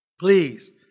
Please